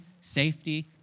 safety